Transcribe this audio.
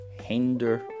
hinder